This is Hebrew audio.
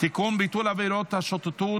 (תיקון - ביטול עבירת השוטטות),